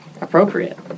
appropriate